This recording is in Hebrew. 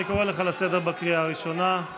אני קורא אותך לסדר בקריאה הראשונה.